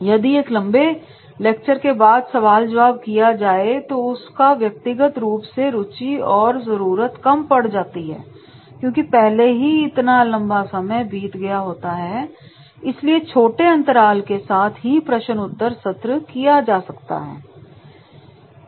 यदि एक लंबे लेक्चर के बाद सवाल जवाब किया जाए तो उसका व्यक्तिगत रूप से रुचि और जरूरत कम पड़ जाती है क्योंकि पहले ही इतना लंबा समय बीत गया होता है इसलिए छोटे अंतराल के साथ ही प्रश्न उत्तर सत्र किया जा सकता है